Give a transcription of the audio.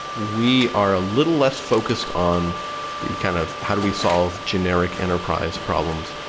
we are a little less focused on the kind of how do we solve generic enterprise problems?